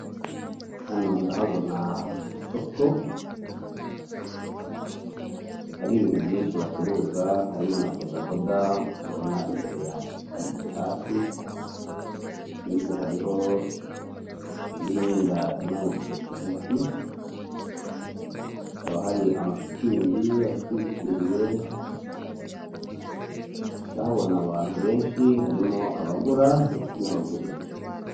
Hano ndahabona isoko, hari ibintu byinshi bacuruza harimo na bodaboda mbona imbere yanjye zitambitse hasi. Hirya hariho indi myenda imanitse ku giti, hakaba hari amashitingi atwikiriye. Ndahabona abantu benshi, harimo abagura ndetse n'abagurisha.